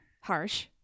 harsh